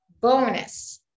bonus